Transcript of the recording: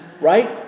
right